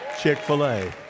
Chick-fil-A